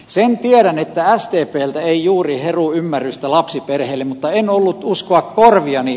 sen tiedän että asti peltoja ei juuri heru ymmärrystä lapsiperheille mutta en ollut uskoa korviani